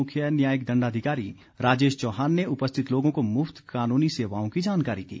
मुख्य न्यायिक दण्डाधिकारी राजेश चौहान ने उपस्थित लोगों को मुफ्त कानूनी सेवाओं की जानकारी दी